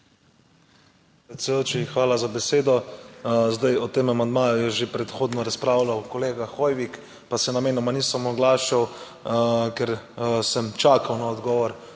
hvala za besedo. Zdaj o tem amandmaju je že predhodno razpravljal kolega Hoivik, pa se namenoma nisem oglašal, ker sem čakal na odgovor